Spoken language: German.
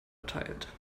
erteilt